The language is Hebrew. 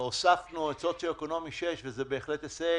הוספנו מצב סוציו-אקונומי 6, וזה בהחלט הישג,